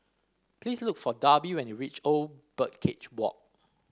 please look for Darby when you reach Old Birdcage Walk